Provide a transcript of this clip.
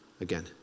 again